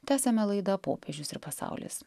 tęsiame laida popiežius ir pasaulis